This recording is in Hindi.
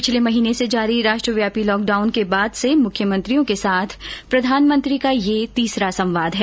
पिछले महीने र्स जारी राष्ट्रव्यापी लॉकडाउन के बाद से मुख्यमंत्रियों के साथ प्रधानमंत्री का यह तीसरा संवाद है